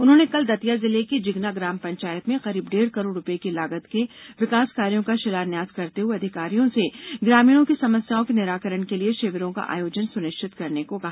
उन्होंने कल दतिया जिले की जिगना ग्राम पंचायत में करीब डेढ़ करोड़ रूपये लागत के विकास कार्यो का षिलान्यास करते हुए अधिकारियों से ग्रामीणों की समस्याओं के निराकरण के लिए षिविरों का आयोजन सुनिष्वित करने को कहा